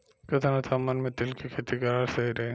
केतना तापमान मे तिल के खेती कराल सही रही?